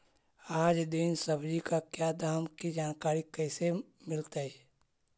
आज दीन सब्जी का क्या दाम की जानकारी कैसे मीलतय?